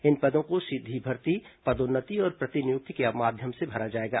इन पदों को सीधी भर्ती पदोन्नति और प्रतिनियुक्ति को माध्यम से भरा जाएगा